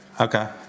Okay